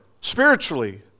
spiritually